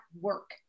work